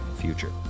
future